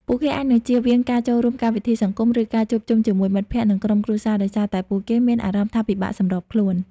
ពួកគេអាចនឹងជៀសវាងការចូលរួមកម្មវិធីសង្គម ឬការជួបជុំជាមួយមិត្តភក្តិ និងក្រុមគ្រួសារ ដោយសារតែពួកគេមានអារម្មណ៍ថាពិបាកសម្របខ្លួន។